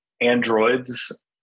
androids